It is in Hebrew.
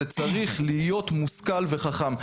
זה צריך להיות מושכל וחכם.